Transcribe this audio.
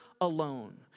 alone